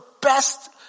best